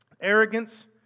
arrogance